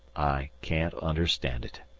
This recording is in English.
i can't understand it.